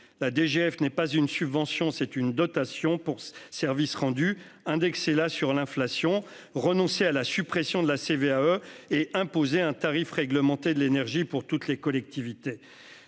La DGF n'est pas une subvention, mais une dotation pour services rendus. Indexez-la sur l'inflation, renoncez à la suppression de la CVAE et imposez un tarif réglementé de l'énergie pour toutes les collectivités.